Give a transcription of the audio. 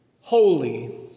holy